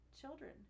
children